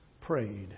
prayed